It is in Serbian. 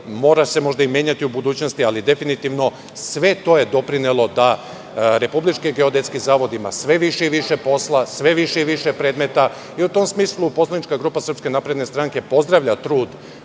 mora se možda i menjati u budućnosti, ali definitivno sve to je doprinelo da Republički geodetski zavod ima sve više i više posla, sve više i više predmeta. U tom smislu poslanička grupa SNS pozdravlja trud